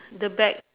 the bag